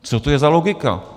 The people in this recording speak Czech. Co to je za logiku?